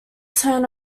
turn